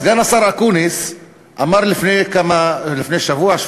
סגן השר אקוניס אמר לפני שבוע-שבועיים